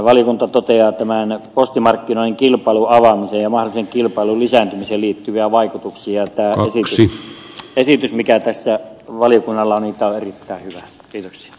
valiokunta toteaa postimarkkinoiden kilpailun avaamisen ja mahdollisen kilpailun lisääntymiseen liittyviä vaikutuksia ja tämä esitys mikä tässä valiokunnalla on on erittäin hyvä